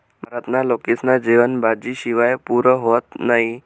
भारतना लोकेस्ना जेवन भाजी शिवाय पुरं व्हतं नही